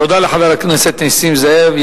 תודה לחבר הכנסת נסים זאב.